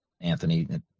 Anthony